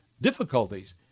difficulties